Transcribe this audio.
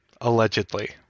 Allegedly